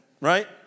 right